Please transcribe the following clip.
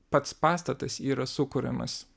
pats pastatas yra sukuriamas